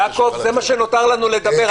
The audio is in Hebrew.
יעקב, זה מה שנותר לנו לדבר.